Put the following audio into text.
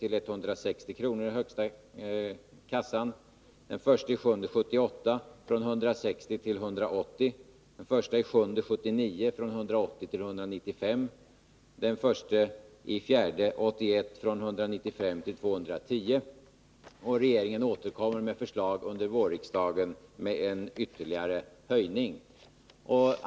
till 160 kr., den första juli 1978 från 160 kr. till 180 kr., den första juli 1979 från 180 kr. till 195 kr. och den första april 1981 från 195 kr. till 210 kr. Regeringen återkommer med förslag till riksdagen under våren om en ytterligare höjning.